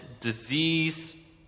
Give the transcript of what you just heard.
disease